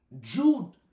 Jude